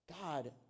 God